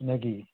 নে কি